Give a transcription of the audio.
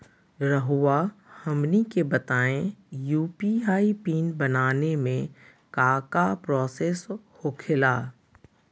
रहुआ हमनी के बताएं यू.पी.आई पिन बनाने में काका प्रोसेस हो खेला?